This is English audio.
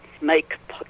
make